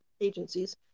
agencies